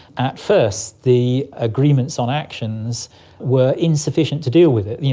at first the agreements on actions were insufficient to deal with it. you